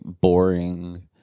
boring